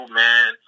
man